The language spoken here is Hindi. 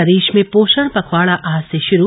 प्रदेश में पोशण पखवाड़ा आज से शुरू